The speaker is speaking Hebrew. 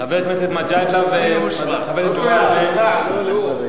חבר הכנסת מג'אדלה וחבר הכנסת והבה.